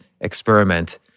experiment